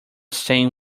stain